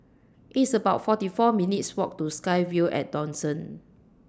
It's about forty four minutes' Walk to SkyVille At Dawson